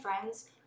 friends